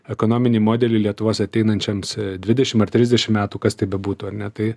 ekonominį modelį lietuvos ateinančioms dvidešimt ar trisdešimt metų kas tai bebūtų ar ne tai